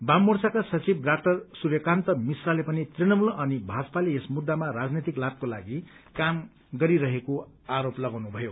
वाममोर्चाका सचिव डा सूर्यकान्त मिश्राले पनि तृणमूल अनि भाजपाले यस मुद्दामा राजनैतिक लाभको लागि काम गरेको आरोप लगाउनु भयो